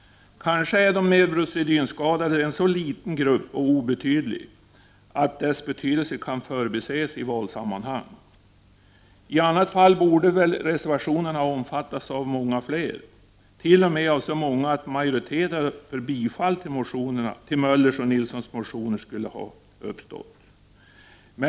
Kanske är de neurosedynskadade en så liten och obetydlig grupp att dess betydelse kan förbises i valsammanhang. I annat fall borde väl reservationen ha omfattats av många fler, t.o.m. av så många att en majoritet för bifall till Möllers och Nilssons motioner skulle ha uppstått.